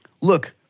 Look